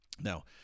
Now